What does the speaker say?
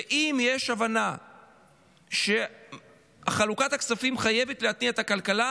ואם יש הבנה שחלוקת הכספים חייבת להתניע את הכלכלה,